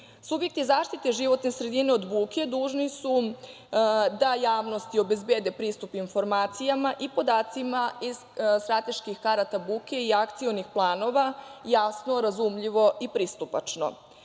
buke. Subjekti zaštite životne sredine od buke dužni su da javnosti obezbede pristup informacijama i podacima iz strateških karata buke i akcionih planova, jasno, razumljivo i pristupačno.